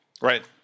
Right